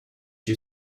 you